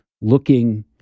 looking